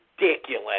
ridiculous